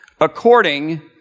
according